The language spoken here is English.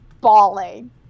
bawling